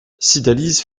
cydalise